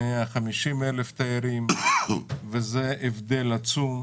150,000 תיירים, וזה הבדל עצום.